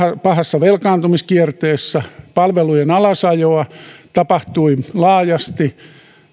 pahassa velkaantumiskierteessä palvelujen alasajoa tapahtui laajasti